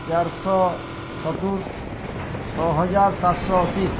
ଚାରଶହ ସତୁରୀ ଛଅହଜାର ସାତଶହ ଅଶୀ